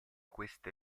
queste